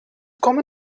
common